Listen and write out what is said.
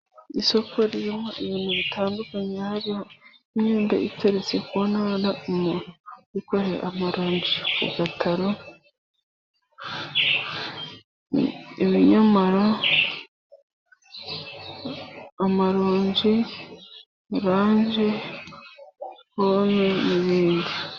Isoko ririmo ibintu bitandukanye, hariho imyembe iteretse ku ntara, umuntu wikoreye amaronji ku gataro, ibinyomoro, amaronji, oranje, pome n'ibindi.